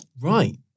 Right